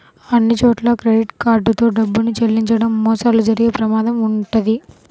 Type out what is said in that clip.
అన్నిచోట్లా credit card తో డబ్బులు చెల్లించడం మోసాలు జరిగే ప్రమాదం వుంటది